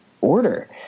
order